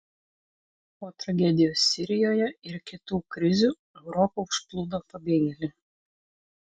po tragedijos sirijoje ir kitų krizių europą užplūdo pabėgėliai